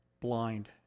Blind